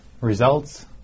results